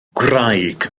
gwraig